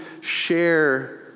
share